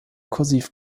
kursiv